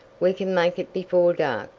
we can make it before dark,